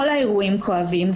כל האירועים כואבים,